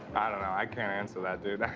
i don't know. i can't answer that, dude. i